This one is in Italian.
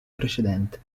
precedente